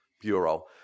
Bureau